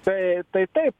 tai tai taip